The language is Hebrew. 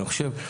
אני חושב,